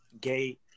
gay